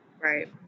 right